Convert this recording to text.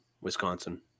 Wisconsin